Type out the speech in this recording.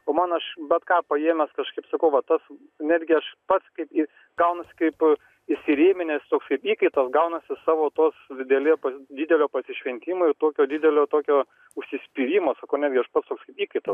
o man aš bet ką paėmęs kažkaip sakau va tas netgi aš pats kaip ir gaunasi kaip įsirėminęs toks kaip įkaitas gaunasi savo tos didelės didelio pasišventimo ir tokio didelio tokio užsispyrimas ko negi aš patas toks įkaitas